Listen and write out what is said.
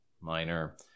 minor